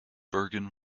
bergen